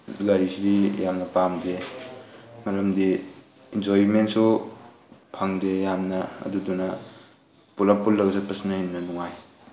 ꯒꯥꯔꯤꯁꯤ ꯌꯥꯝꯅ ꯄꯥꯝꯗꯦ ꯃꯔꯝꯗꯤ ꯏꯟꯖꯣꯏꯃꯦꯟꯁꯨ ꯐꯪꯗꯦ ꯌꯥꯝꯅ ꯑꯗꯨꯗꯨꯅ ꯄꯨꯂꯞ ꯄꯨꯜꯂꯒ ꯆꯠꯄꯁꯤꯅ ꯍꯦꯟꯅ ꯅꯨꯡꯉꯥꯏ